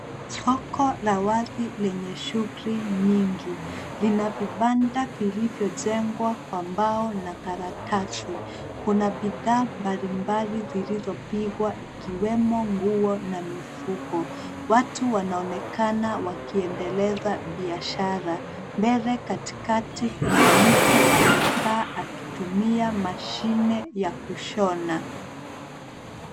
Soko la wazi lenye shughuli nyingi linavibanda vilivyojegwa kwa bao na karatasi kuna bidhaa mbali mbali zilizopigwa ikiwemo nguo na mifuko. Watu wanaonekana wakiendeleza biashara mbele katikati kuna mtu amekaa akitumia mashine ya kushona.